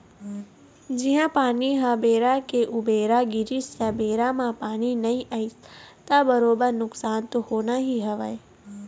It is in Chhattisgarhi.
जिहाँ पानी ह बेरा के उबेरा गिरिस या बेरा म पानी नइ आइस त बरोबर नुकसान तो होना ही हवय